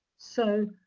so,